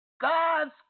God's